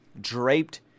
draped